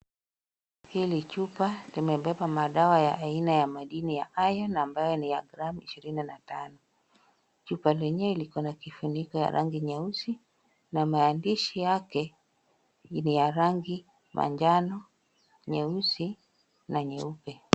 Hii chupa imebeba dawa ya aina ya madini ya iron ambayo ni ya gramu 25. Chupa lenyewe liko na kifuniko ya rangi nyeusi na maandishi yake ni ya rangi manjano, nyeusi na nyeupe.